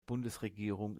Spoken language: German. bundesregierung